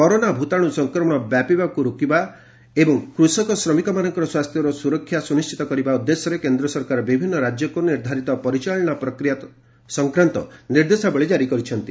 corona ଭୂତାଣୁ ସଂକ୍ରମଣ ବ୍ୟାପିବାକୁ ରୋକିବା ଏବଂ କୃଷକ ଓ ଶ୍ରମିକମାନଙ୍କର ସ୍ୱାସ୍ଥ୍ୟର ସୁରକ୍ଷା ସୁନିଶ୍ଚିତ କରିବା ଉଦ୍ଦେଶ୍ୟରେ କେନ୍ଦ୍ର ସରକାର ବିଭିନ୍ନ ରାଜ୍ୟକୁ ନିର୍ଦ୍ଧାରିତ ପରିଚାଳନା ପ୍ରକ୍ରିୟା ସଂକ୍ରାନ୍ତ ନିର୍ଦ୍ଦେଶାବଳୀ ଜାରି କରିଛନ୍ତି